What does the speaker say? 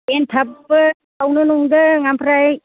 एन्थाबबो सावनो सानदों ओमफ्राय